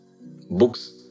books